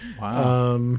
Wow